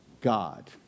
God